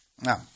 Now